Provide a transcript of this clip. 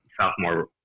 sophomore